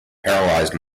paralysed